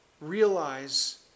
Realize